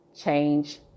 change